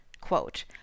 Quote